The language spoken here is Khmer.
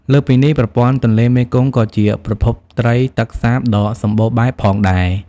លើសពីនេះ ប្រព័ន្ធទន្លេមេគង្គក៏ជាប្រភពត្រីទឹកសាបដ៏សម្បូរបែបផងដែរ។